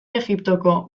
egiptoko